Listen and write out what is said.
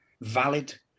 Valid